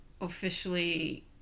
officially